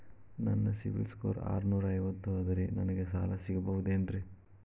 ನನ್ನ ಸಿಬಿಲ್ ಸ್ಕೋರ್ ಆರನೂರ ಐವತ್ತು ಅದರೇ ನನಗೆ ಸಾಲ ಸಿಗಬಹುದೇನ್ರಿ?